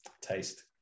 taste